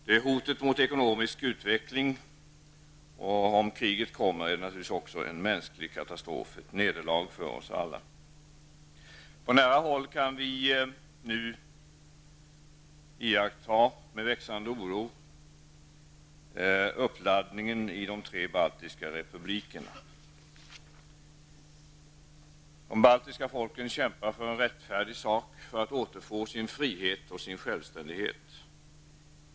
Det är hotet mot ekonomisk utveckling. Om kriget kommer är det naturligtvis också en mänsklig katastrof, ett nederlag för oss alla. På nära håll kan vi nu med växande oro iaktta uppladdningen i de tre baltiska republikerna. De baltiska folken kämpar för en rättfärdig sak -- för att återfå sin frihet och sin självständighet.